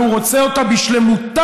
והוא רוצה אותה בשלמותה,